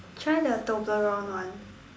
try the Toblerone one